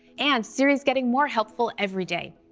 and siri's getting more helpful every day.